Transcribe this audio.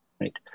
right